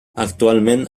actualment